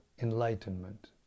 enlightenment